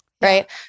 right